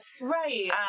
Right